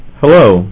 Hello